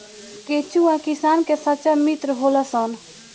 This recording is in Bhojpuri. केचुआ किसान के सच्चा मित्र होलऽ सन